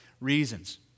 reasons